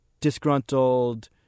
disgruntled